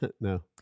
No